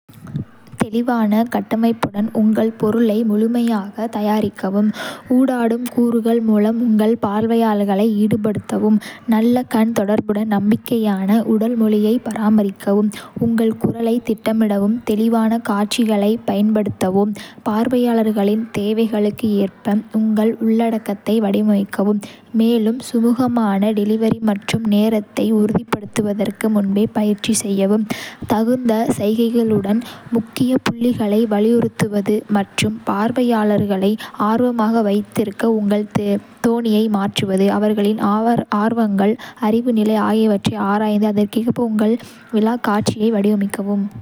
தெளிவான கட்டமைப்புடன் உங்கள் பொருளை முழுமையாகத் தயாரிக்கவும், ஊடாடும் கூறுகள் மூலம் உங்கள் பார்வையாளர்களை ஈடுபடுத்தவும், நல்ல கண் தொடர்புடன் நம்பிக்கையான உடல்மொழியைப் பராமரிக்கவும். உங்கள் குரலைத் திட்டமிடவும், தெளிவான காட்சிகளைப் பயன்படுத்தவும், பார்வையாளர்களின் தேவைகளுக்கு ஏற்ப உங்கள் உள்ளடக்கத்தை வடிவமைக்கவும், மேலும் சுமூகமான டெலிவரி மற்றும் நேரத்தை உறுதிப்படுத்துவதற்கு முன்பே பயிற்சி செய்யவும். தகுந்த சைகைகளுடன் முக்கிய புள்ளிகளை வலியுறுத்துவது மற்றும் பார்வையாளர்களை ஆர்வமாக வைத்திருக்க உங்கள் தொனியை மாற்றுவது. அவர்களின் ஆர்வங்கள், அறிவு நிலை ஆகியவற்றை ஆராய்ந்து, அதற்கேற்ப உங்கள் விளக்கக்காட்சியை வடிவமைக்கவும்.